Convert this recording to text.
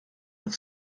doch